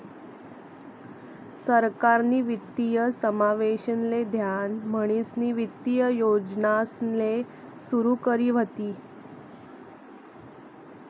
सरकारनी वित्तीय समावेशन ले ध्यान म्हणीसनी वित्तीय योजनासले सुरू करी व्हती